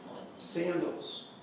Sandals